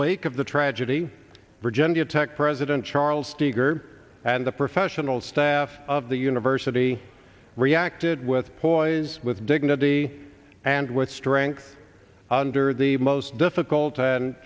wake of the tragedy virginia tech president charles steger and the professional staff of the university reacted with poise with dignity and with strength under the most difficult and